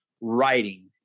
writing